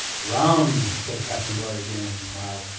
rum, said captain blood again, and smiled.